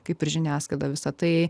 kaip ir žiniasklaida visa tai